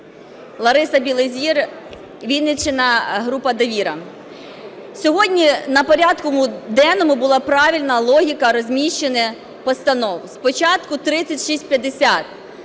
Лариса Білозір, Вінниччина, група "Довіра". Сьогодні на порядку денному була правильна логіка розміщення постанов: спочатку 3650